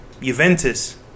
Juventus